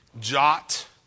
jot